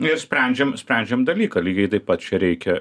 ir sprendžiam sprendžiam dalyką lygiai taip pat čia reikia